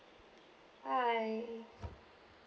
bye